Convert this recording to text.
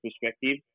perspective